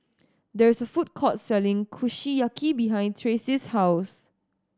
there is a food court selling Kushiyaki behind Traci's house